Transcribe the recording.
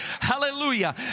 Hallelujah